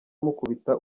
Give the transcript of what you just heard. amukubita